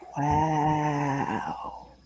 Wow